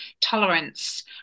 tolerance